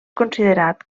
considerat